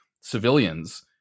civilians